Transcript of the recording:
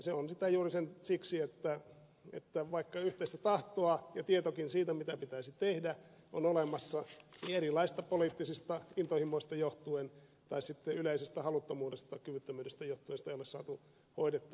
se on sitä juuri siksi että vaikka yhteistä tahtoa ja tietoakin siitä mitä pitäisi tehdä on olemassa niin erilaisista poliittisista intohimoista johtuen tai sitten yleisestä haluttomuudesta kyvyttömyydestä johtuen sitä ei ole saatu hoidettua